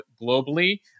globally